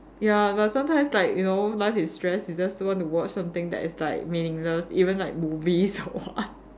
ya but sometimes like you know life is stress you just want to watch something that is like meaningless even like movies or what